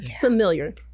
Familiar